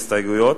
הסתייגויות,